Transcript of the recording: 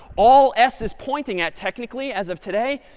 all s is pointing at technically, as of today,